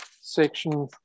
section